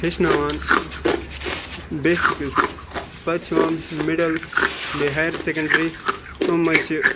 ہیٚچھناوان بیسِکٕس پَتہٕ چھِ یِوان مِڈَل بیٚیہِ ہایر سکٮ۪نٛڈرٛی یِمَن منٛز چھِ